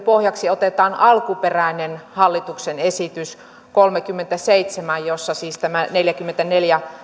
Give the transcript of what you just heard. pohjaksi otetaan alkuperäinen hallituksen esitys kolmekymmentäseitsemän jossa siis tämä neljäkymmentäneljä